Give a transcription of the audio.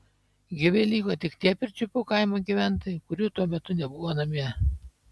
gyvi liko tik tie pirčiupių kaimo gyventojai kurių tuo metu nebuvo namie